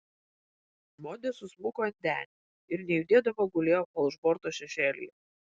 modė susmuko ant denio ir nejudėdama gulėjo falšborto šešėlyje